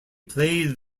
played